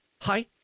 Hi